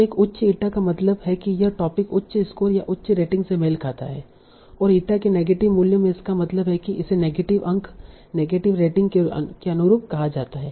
तो एक उच्च ईटा का मतलब है कि यह टोपिक उच्च स्कोर या उच्च रेटिंग से मेल खाता है और ईटा के नेगेटिव मूल्य में इसका मतलब है कि इसे नेगेटिव अंक नेगेटिव रेटिंग के अनुरूप कहा जाता है